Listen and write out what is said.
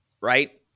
right